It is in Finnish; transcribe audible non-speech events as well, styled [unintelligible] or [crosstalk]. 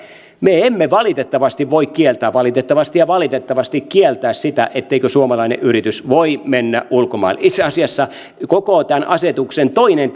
me emme valitettavasti valitettavasti ja valitettavasti voi kieltää sitä etteikö suomalainen yritys voisi mennä ulkomaille itse asiassa koko tämän asetuksen toinen [unintelligible]